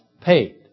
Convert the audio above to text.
paid